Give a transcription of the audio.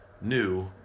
new